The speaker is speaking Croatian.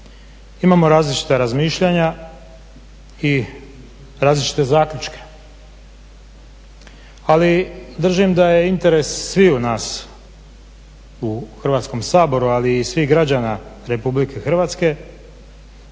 Imamo različita razmišljanja i različite zaključke, ali držim da je interes sviju nas u Hrvatskom saboru ali i svih građana RH da se vrati